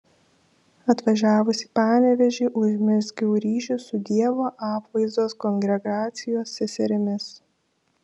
atvažiavusi į panevėžį užmezgiau ryšį su dievo apvaizdos kongregacijos seserimis